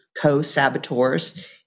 co-saboteurs